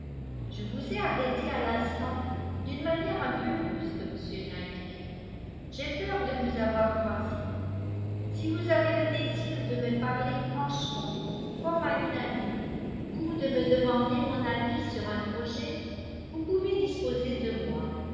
je vous ai arrêté à l'instant d'une manière un peu brusque m knightley j'ai peur de vous avoir froissé si vous avez le désir de me parler franchement comme à une amie ou de me demander mon avis sur un projet vous pouvez disposer de moi